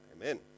amen